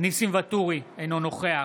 ניסים ואטורי, אינו נוכח